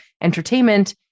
entertainment